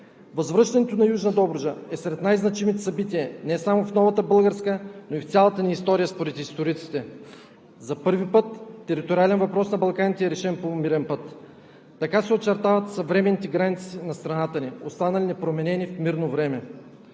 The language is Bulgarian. Възвръщането на Южна Добруджа е сред най-значимите събития не само в новата българска, но и в цялата ни история според историците. За първи път териториален въпрос на Балканите е решен по мирен път. Така се очертават съвременните граници на страната ни, останали непроменени в мирно време.